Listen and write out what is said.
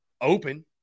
open